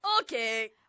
okay